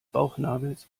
bauchnabels